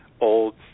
old